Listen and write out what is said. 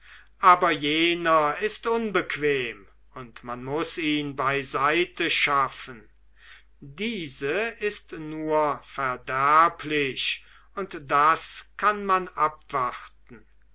aber jener ist unbequem und man muß ihn beiseiteschaffen diese ist nur verderblich und das kann man abwarten